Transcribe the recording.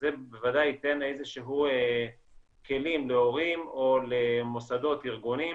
זה בוודאי יתן איזה שהם כלים להורים או למוסדות וארגונים